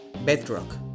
bedrock